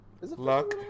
Luck